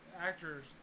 actors